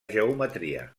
geometria